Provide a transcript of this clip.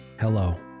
hello